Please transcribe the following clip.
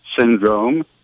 syndrome